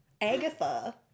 Agatha